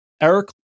Eric